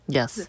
Yes